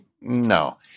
No